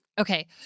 okay